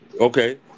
Okay